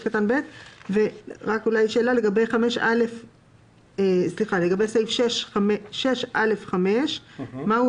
יש לי שאלה לגבי פסקה 6(א)(5) מה הוא